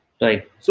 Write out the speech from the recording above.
Right